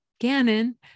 Gannon